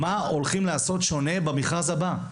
מה הולכים לעשות שונה במכרז הבא?